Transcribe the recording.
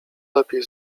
lepiej